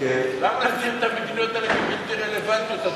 למה להגדיר את המדינות האלה בלתי רלוונטיות,